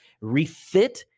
refit